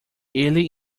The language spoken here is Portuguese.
ele